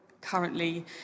currently